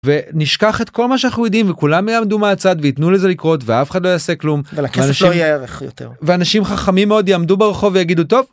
ונשכח את כל מה שאנחנו יודעים וכולם יעמדו מהצד וייתנו לזה לקרות ואף אחד לא יעשה כלום ואנשים חכמים מאוד יעמדו ברחוב יגידו טוב.